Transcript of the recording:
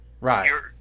Right